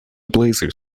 blazer